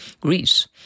Greece